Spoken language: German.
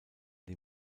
die